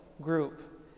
group